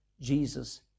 Jesus